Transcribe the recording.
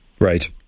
Right